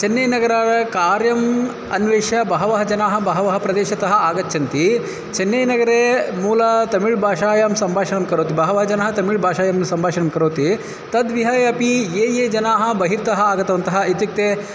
चेन्नैनगरे कार्यम् अन्विष्य बहवः जनाः बहवः प्रदेशात् आगच्छन्ति चेन्नैनगरे मूलं तमिल् भाषायां सम्भाषणं करोति बहवः जनाः तमिल् भाषायां सम्भाषणं करोति तद्विहाय अपि ये ये जनाः बहिर्तः आगतवन्तः इत्युक्ते